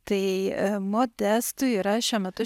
tai modestui yra šiuo metu